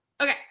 Okay